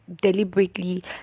deliberately